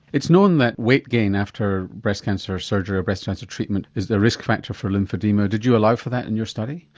it's known that weight gain after breast cancer surgery or breast cancer treatment is a risk factor for lymphoedema did you allow for that in your study?